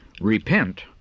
Repent